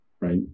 right